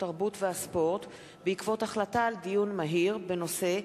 התרבות והספורט בעקבות דיון מהיר בנושא: